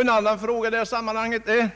En annan fråga i det här sammanhanget är